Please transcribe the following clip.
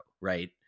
right